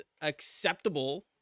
acceptable